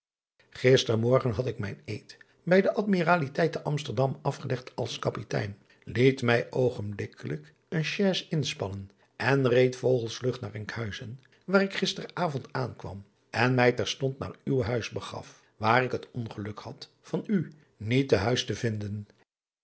morgen had ik mijn eed bij de dmiraliteit te msterdam afgelegd als apitein liet mij oogenblikkelijk een chais inspannen en reed vogelsvlug naar nkhuizen waar ik gister avond aankwam en mij terstond naar uw huis begaf waar ik het ongeluk had van u niet te huis te vinden